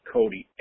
Cody